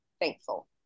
thankful